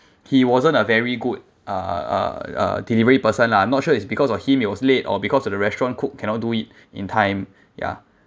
he wasn't a very good uh uh uh delivery person lah not sure is because of him it was late or because of the restaurant cook cannot do it in time ya